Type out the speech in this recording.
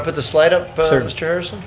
but the slide up but mr. harrison?